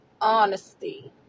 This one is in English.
honesty